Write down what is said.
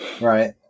Right